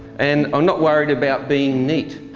and i'm not worried about being neat.